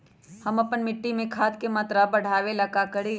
हम अपना मिट्टी में खाद के मात्रा बढ़ा वे ला का करी?